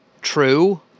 true